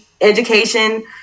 education